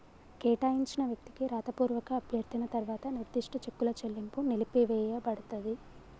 కేటాయించిన వ్యక్తికి రాతపూర్వక అభ్యర్థన తర్వాత నిర్దిష్ట చెక్కుల చెల్లింపు నిలిపివేయపడతది